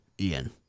Ian